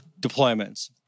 deployments